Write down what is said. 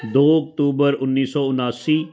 ਦੋ ਅਕਤੂਬਰ ਉੱਨੀ ਸੌ ਉਣਾਸੀ